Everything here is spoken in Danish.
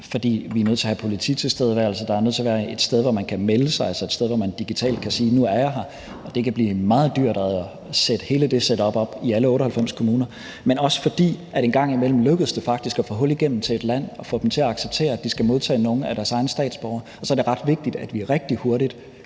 fordi vi er nødt til at have polititilstedeværelse; der er nødt til at være et sted, hvor man kan melde sig, altså et sted, hvor man digitalt kan sige: Nu er jeg her. Og det kan blive meget dyrt at sætte hele det setup op i alle 98 kommuner. Men så er der også det, at det faktisk en gang imellem lykkes at få hul igennem til et land og få dem til at acceptere, at de skal modtage nogle af deres egne statsborgere. Og så er det ret vigtigt, at vi rigtig hurtigt